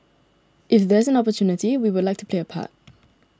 if there is an opportunity we would like to play a part